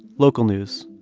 local news.